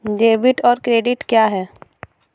Debit और credit क्या है?